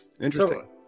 interesting